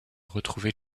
retrouver